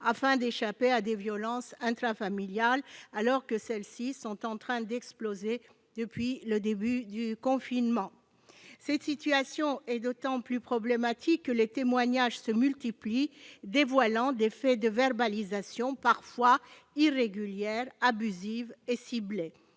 afin d'échapper à des violences intrafamiliales, lesquelles sont en train d'exploser depuis le début du confinement ? Cette situation est d'autant plus problématique que les témoignages se multiplient, dévoilant les faits d'une verbalisation parfois irrégulière, abusive et ciblée,